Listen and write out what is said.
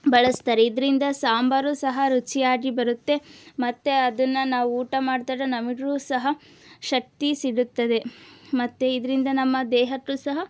ಬಳಸ್ತಾರೆ ಇದರಿಂದ ಸಾಂಬಾರು ಸಹ ರುಚಿಯಾಗಿ ಬರುತ್ತೆ ಮತ್ತೆ ಅದನ್ನು ನಾವು ಊಟ ಮಾಡಿದಾಗ ನಮಗು ಸಹ ಶಕ್ತಿ ಸಿಗುತ್ತದೆ ಮತ್ತೆ ಇದರಿಂದ ನಮ್ಮ ದೇಹಕ್ಕು ಸಹ